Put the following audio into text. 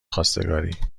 خواستگاری